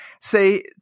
say